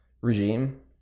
Regime